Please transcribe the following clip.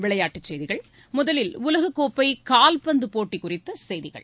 விளையாட்டுச் செய்கிகள் முதலில் உலகக்கோப்பை கால்பந்து போட்டிக் குறித்த செய்திகள்